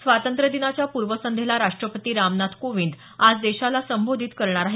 स्वातंत्र्यादिनाच्या पूर्वसंध्येला राष्ट्रपती रामनाथ कोविंद आज देशाला संबोधित करणार आहेत